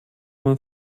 man